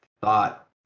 thought